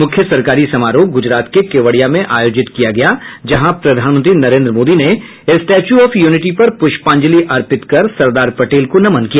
मुख्य सरकारी समारोह गूजरात के केवड़िया में आयोजित किया गया जहां प्रधानमंत्री नरेन्द्र मोदी ने स्टेच्यू ऑफ यूनिटी पर प्रष्पांजलि अर्पित कर सरदार पटेल को नमन किया